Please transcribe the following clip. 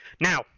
Now